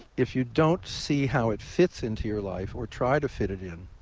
if you don't see how it fits into your life or try to fit it in,